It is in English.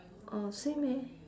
oh same eh